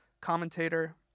commentator